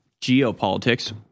Geopolitics